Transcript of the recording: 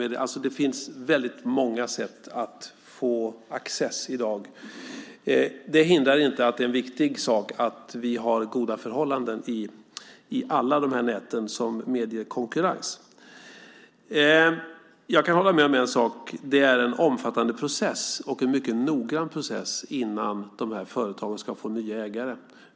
Det finns väldigt många sätt att få access i dag. Det hindrar inte att det är en viktig sak att vi har goda förhållanden, som medger konkurrens, i alla de här näten. Jag kan hålla med om en sak. Det är en omfattande och mycket noggrann process innan de här företagen ska få nya ägare.